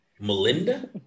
Melinda